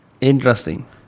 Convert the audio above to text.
Interesting